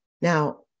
Now